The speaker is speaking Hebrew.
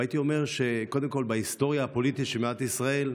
והייתי אומר שקודם כול בהיסטוריה הפוליטית של מדינת ישראל,